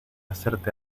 hacerte